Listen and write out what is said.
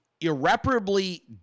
irreparably